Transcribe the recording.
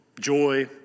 joy